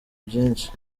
byinshi